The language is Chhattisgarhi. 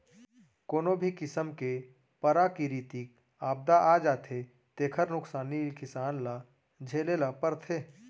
कोनो भी किसम के पराकिरितिक आपदा आ जाथे तेखर नुकसानी किसान ल झेले ल परथे